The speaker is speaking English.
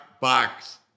box